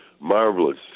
marvelous